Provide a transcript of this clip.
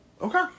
Okay